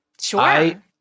Sure